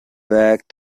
back